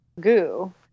goo